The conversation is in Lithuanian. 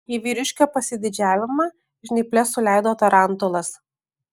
į vyriškio pasididžiavimą žnyples suleido tarantulas